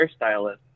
hairstylist